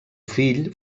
fill